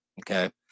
Okay